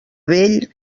vell